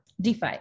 DeFi